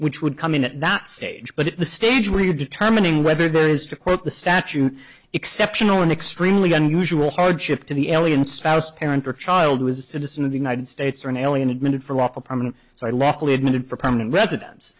which would come in at that stage but the stage where you are determining whether there is to quote the statute exceptional and extremely unusual hardship to the alien spouse parent or child was a citizen of the united states or an alien admitted for lawful permanent so i left the admitted for permanent residen